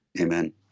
Amen